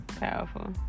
powerful